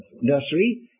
nursery